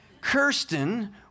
Kirsten